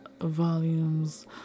volumes